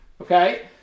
okay